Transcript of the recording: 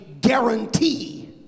guarantee